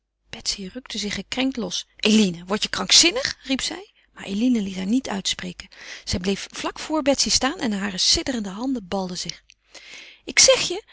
rukte zich gekrenkt los eline wordt je krankzinnig riep zij maar eline liet haar niet uitspreken zij bleef vlak voor betsy staan en hare sidderende handen balden zich ik zeg je